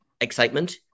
excitement